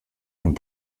und